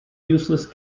useless